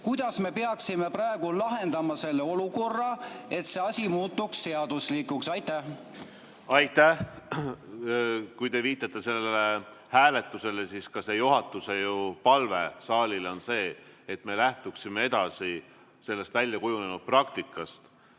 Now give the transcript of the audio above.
Kuidas me peaksime praegu lahendama selle olukorra, et see asi muutuks seaduslikuks? Aitäh! Kui te viitate sellele hääletusele, siis ka juhatuse palve saalile on ju see, et me lähtuksime sellest väljakujunenud praktikast,